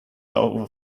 over